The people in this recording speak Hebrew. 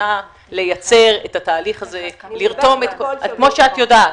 נכונה לייצר את התהליך הזה, כמו שאת יודעת.